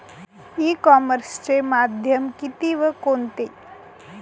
E कॉमर्सचे माध्यम किती व कोणते?